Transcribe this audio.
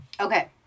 Okay